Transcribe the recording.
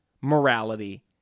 morality